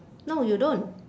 no you don't